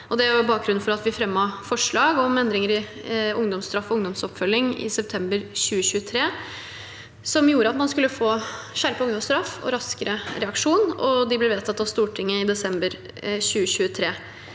Det er bakgrunnen for at vi fremmet forslag om endringer i ungdomsstraff og ungdomsoppfølging i september 2023, som gjorde at man skulle få skjerpet ungdomsstraff og raskere reaksjon. Forslagene ble vedtatt av Stortinget i desember 2023.